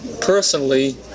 personally